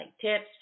tips